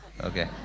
okay